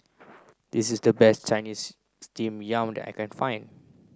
this is the best Chinese steamed yam I can find